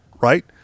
right